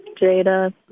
Jada